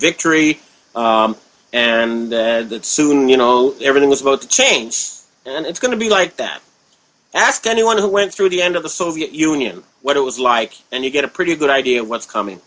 victory and that soon you know everything was about to change and it's going to be like that ask anyone who went through the end of the soviet union what it was like and you get a pretty good idea of what's coming